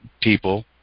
people